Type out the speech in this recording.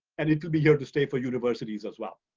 and it will be here to stay for universities as well.